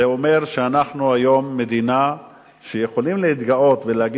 זה אומר שאנחנו מדינה שיכולה להתגאות בעצמה ולומר